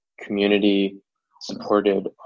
community-supported